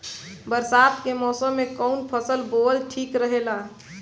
बरसात के मौसम में कउन फसल बोअल ठिक रहेला?